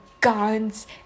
guns